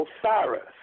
Osiris